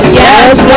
yes